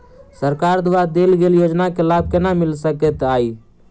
सरकार द्वारा देल गेल योजना केँ लाभ केना मिल सकेंत अई?